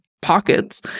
pockets